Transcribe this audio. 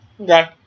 Okay